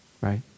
Right